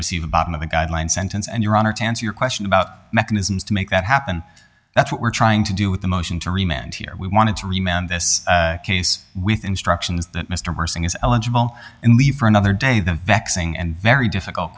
receive a bottom of the guideline sentence and your honor to answer your question about mechanisms to make that happen that's what we're trying to do with the motion to remain and here we wanted to remand this case with instructions that mr marson is eligible and leave for another day the vexing and very difficult